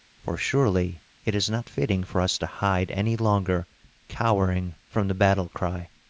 for surely it is not fitting for us to hide any longer cowering from the battle-cry.